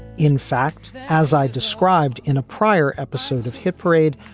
in fact, as i described in a prior episode of hit parade,